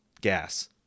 gas